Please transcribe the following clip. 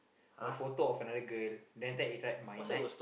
a photo of another girl then after that he write my night